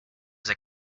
that